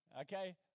Okay